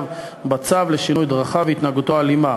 בצו לשינוי דרכיו והתנהגותו האלימה.